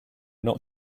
not